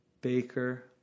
Baker